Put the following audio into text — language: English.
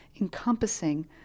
encompassing